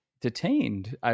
detained